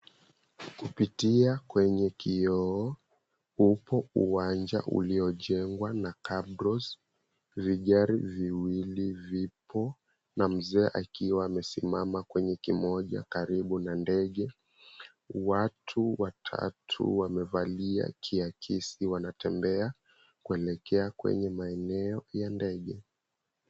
Kupitia kwenye kioo, upo uwanja uliojengwa na kabros vigari viwili vipo na mzee akiwa amesimama kwenye kimoja karibu na ndege. Watu watatu wamevalia kiakisi wanatembea kuelekea kwenye maeneo ya ndege.